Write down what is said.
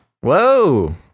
Whoa